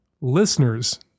Listeners